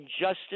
justice